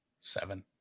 Seven